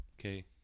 okay